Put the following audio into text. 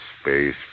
space